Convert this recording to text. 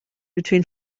between